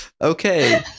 Okay